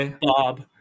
bob